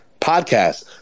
podcast